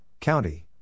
County